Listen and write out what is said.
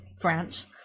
France